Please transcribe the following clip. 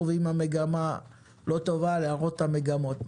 ואם המגמה לא טובה להראות את המגמות,